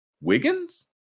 wiggins